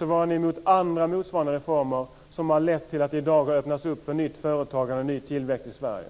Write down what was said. var ni emot andra, liknande reformer som har lett till att det i dag öppnas upp för nytt företagande och ny tillväxt i Sverige.